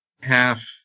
half